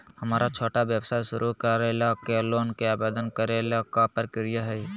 हमरा छोटा व्यवसाय शुरू करे ला के लोन के आवेदन करे ल का प्रक्रिया हई?